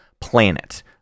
planet